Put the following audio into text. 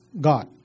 God